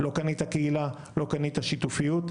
לא קנית קהילה, לא קנית שיתופיות,